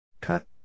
Cut